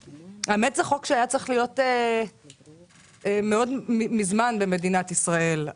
האמת שזה חוק שהיה צריך להיות ממזמן במדינת ישראל.